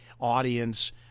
audience